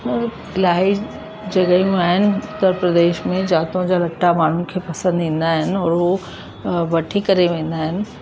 और इलाही जॻहियूं आहिनि उत्तर प्रदेश में जितां जा लटा माण्हुनि खे पसंदि ईंदा आहिनि और हू वठी करे वेंदा आहिनि